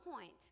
point